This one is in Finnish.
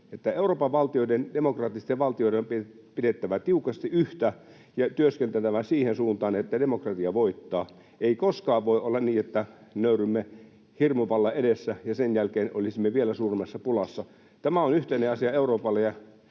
valtioiden, demokraattisten valtioiden, on pidettävä tiukasti yhtä ja työskenneltävä siihen suuntaan, että demokratia voittaa. Ei koskaan voi olla niin, että nöyrrymme hirmuvallan edessä ja sen jälkeen olisimme vielä suuremmassa pulassa. Tämä on yhteinen asia Euroopalle,